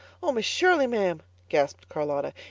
oh, miss shirley, ma'am, gasped charlotta,